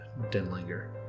Denlinger